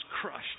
crushed